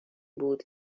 بود